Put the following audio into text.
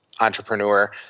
entrepreneur